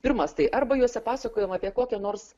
pirmas tai arba juose pasakojama apie kokią nors